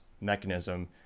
mechanism